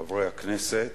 חברי הכנסת,